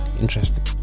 interesting